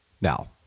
Now